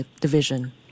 Division